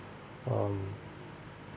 um